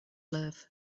love